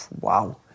wow